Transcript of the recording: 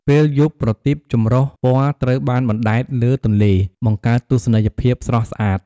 ពេលយប់ ប្រទីបចម្រុះពណ៌ត្រូវបាន បណ្ដែតលើទន្លេ បង្កើតទស្សនីយភាពស្រស់ស្អាត។